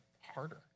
harder